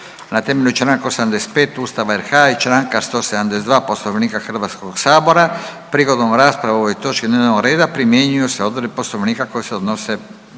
na temelju čl. 85 Ustava RH i čl. 172 Poslovnika Hrvatskoga sabora. Prigodom rasprave o ovoj točki dnevnog reda primjenjuju se odredbe Poslovnika koje se odnose